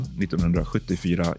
1974